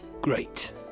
great